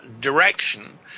direction